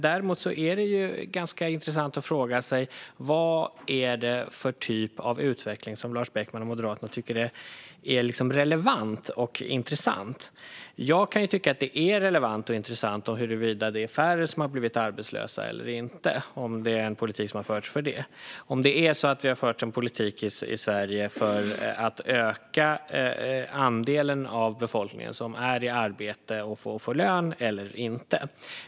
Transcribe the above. Däremot är det intressant att fråga sig vad det är för typ av utveckling som Lars Beckman och Moderaterna tycker är relevant och intressant. Jag kan tycka att det är relevant och intressant om färre har blivit arbetslösa eller inte - om det har förts en politik i Sverige för att öka den andel av befolkningen som är i arbete och får lön eller inte.